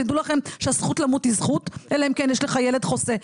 תדעו לכם שהזכות למות היא זכות אלא אם כן יש לך ילד חוסה,